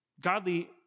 godly